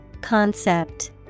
Concept